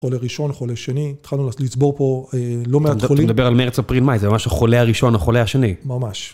חולה ראשון, חולה שני, התחלנו לצבור פה לא מעט חולים. אתה מדבר על מרץ אפריל מאי, זה ממש החולה הראשון, החולה השני. ממש.